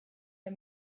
der